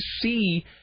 see